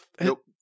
Nope